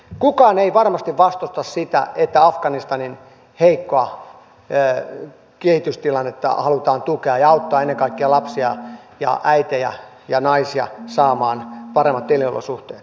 kukaan ei varmasti vastusta sitä että afganistanin heikkoa kehitystilannetta halutaan tukea ja auttaa ennen kaikkea lapsia ja äitejä ja naisia saamaan paremmat elinolosuhteet